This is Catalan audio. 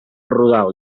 rodal